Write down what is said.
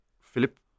Philip